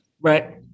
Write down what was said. Right